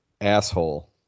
asshole